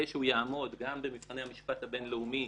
שהוא יעמוד גם במבחני המשפט הבינלאומי,